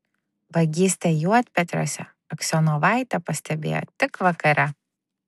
vagystę juodpetriuose aksionovaitė pastebėjo tik vakare